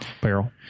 Barrel